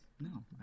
No